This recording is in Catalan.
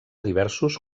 diversos